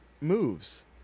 moves